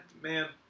Man